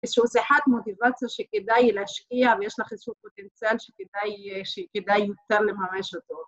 איזשהו שיחת מוטיבציה ‫שכדאי להשקיע ‫ויש לך איזשהו פוטנציאל ‫שכדאי יותר לממש אותו.